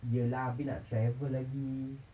iya lah abeh nak travel lagi